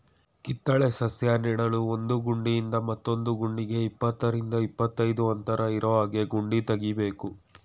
ಕಿತ್ತಳೆ ಸಸ್ಯ ನೆಡಲು ಒಂದು ಗುಂಡಿಯಿಂದ ಮತ್ತೊಂದು ಗುಂಡಿಗೆ ಇಪ್ಪತ್ತರಿಂದ ಇಪ್ಪತ್ತೈದು ಅಂತರ ಇರೋಹಾಗೆ ಗುಂಡಿ ತೆಗಿಬೇಕು